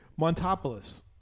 Montopolis